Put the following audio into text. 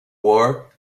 war